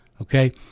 Okay